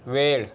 वेळ